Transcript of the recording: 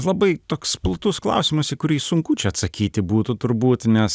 labai toks platus klausimas į kurį sunku čia atsakyti būtų turbūt nes